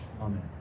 Amen